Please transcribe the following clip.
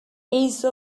ace